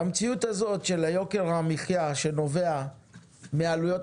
והמציאות הזאת של יוקר המחיה שנובע מעלויות